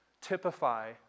typify